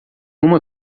uma